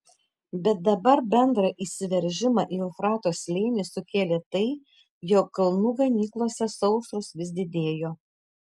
bet dabar bendrą įsiveržimą į eufrato slėnį sukėlė tai jog kalnų ganyklose sausros vis didėjo